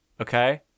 Okay